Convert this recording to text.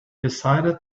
decided